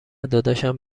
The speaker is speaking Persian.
داداشم